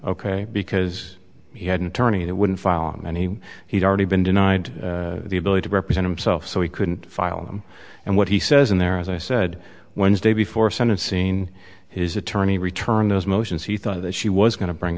ok because he had an attorney that wouldn't file and he he'd already been denied the ability to represent himself so he couldn't file them and what he says in there as i said wednesday before sentencing his attorney returned those motions he thought that she was going to bring